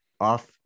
off